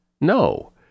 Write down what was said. no